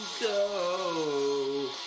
go